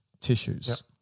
tissues